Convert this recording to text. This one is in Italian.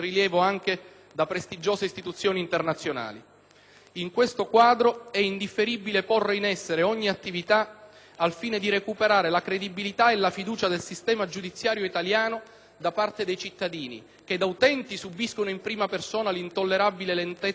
da prestigiose istituzioni internazionali. In questo quadro è indifferibile porre in essere ogni attività al fine di recuperare la credibilità e la fiducia del sistema giudiziario italiano da parte dei cittadini, che da utenti subiscono in prima persona l'intollerabile lentezza delle procedure